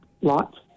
lots